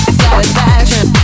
satisfaction